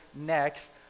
next